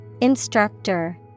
Instructor